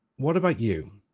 what about you?